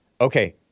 okay